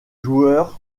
joueurs